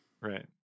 Right